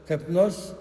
kaip nors